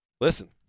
listen